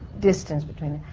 distance between